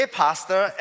pastor